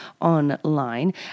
online